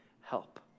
help